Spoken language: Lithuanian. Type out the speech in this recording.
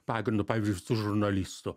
pagrindu pavyzdžiui su žurnalistu